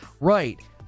Right